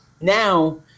Now